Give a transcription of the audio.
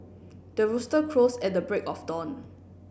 the rooster crows at the break of dawn